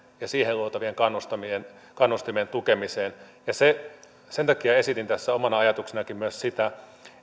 ja siihen luotavien kannustimien tukemiseen sen takia esitin tässä omanakin ajatuksenani myös sitä